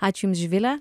ačiū jums živile